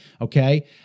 okay